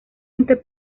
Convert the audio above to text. entre